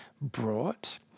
brought